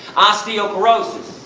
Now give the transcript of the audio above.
osteoporosis,